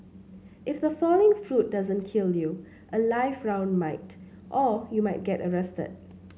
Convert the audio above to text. if the falling fruit doesn't kill you a live round might or you might get arrested